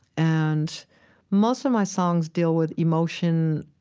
and most of my songs deal with emotion,